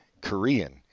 korean